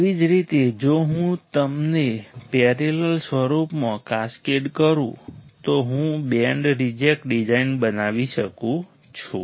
એવી જ રીતે જો હું તેમને પેરેલલ સ્વરૂપમાં કાસ્કેડ કરું તો હું બેન્ડ રિજેક્ટ ડિઝાઇન બનાવી શકું છું